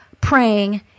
praying